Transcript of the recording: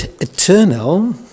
eternal